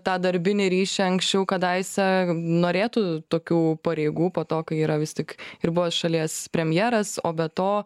tą darbinį ryšį anksčiau kadaise norėtų tokių pareigų po to kai yra vis tik ir buvo šalies premjeras o be to